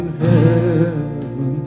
heaven